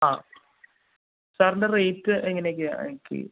ആ സാറിൻ്റെ റേയ്റ്റ് എങ്ങനെയൊക്കെയാണ് എനിക്ക്